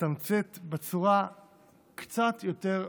לתמצת בצורה קצת יותר משוחררת: